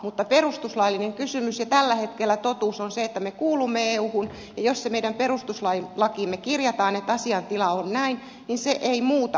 mutta perustuslaillinen kysymys ja tällä hetkellä totuus on se että me kuulumme euhun ja jos se meidän perustuslakiimme kirjataan että asiantila on näin niin se ei muuta asiantilaa